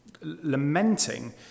Lamenting